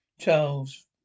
Charles